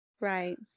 Right